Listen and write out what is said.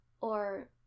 Or